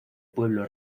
pueblo